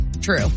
True